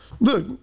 Look